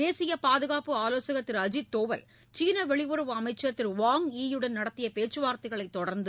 தேசிய பாதுகாப்பு ஆலோசகர் திரு அஜித்தோவல் சீன வெளியுறவு அமைச்சர் திரு வாங் யி யுடன் நடத்திய பேச்சு வார்த்தைகளைத் தொடர்ந்து